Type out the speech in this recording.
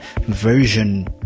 version